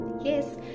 Yes